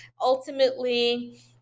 ultimately